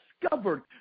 discovered